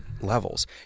levels